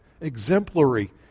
exemplary